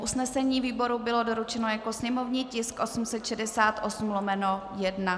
Usnesení výboru bylo doručeno jako sněmovní tisk 868/1.